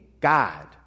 God